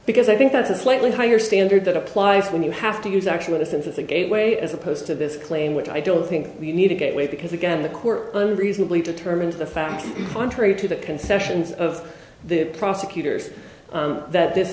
because i think that's a slightly higher standard that applies when you have to use actual innocence of the gateway as opposed to this claim which i don't think we need to get way because again the court only reasonably determined the fact contrary to the concessions of the prosecutors that this